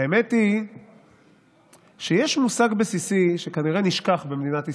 האמת היא שיש מושג בסיסי שכנראה נשכח במדינת ישראל,